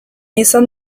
izan